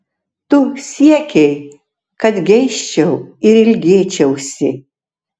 tu siekei kad geisčiau ir ilgėčiausi